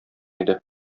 иде